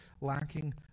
lacking